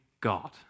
God